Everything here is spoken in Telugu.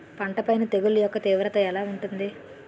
పంట పైన తెగుళ్లు యెక్క తీవ్రత ఎలా ఉంటుంది